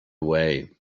away